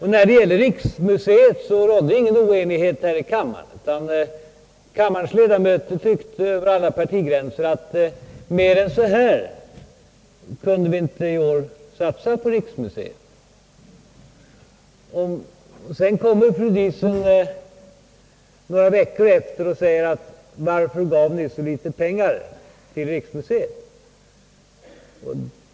I fråga om riksmuseet rådde ingen oenighet här i kammaren, utan kammarens ledamöter tyckte över alla partigränser att vi i år inte kunde satsa mer än det föreslagna beloppet på riksmuseet. Några veckor därefter kommer fru Diesen och frågar varför vi gav så litet pengar till riksmuseet.